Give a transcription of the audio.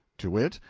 to wit,